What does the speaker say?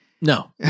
No